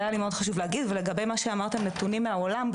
זה היה חשוב לי מאוד להגיד ולגבי מה שאמרת נתונים מהעולם,